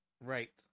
right